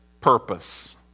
purpose